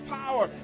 power